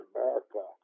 America